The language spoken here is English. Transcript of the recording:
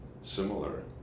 similar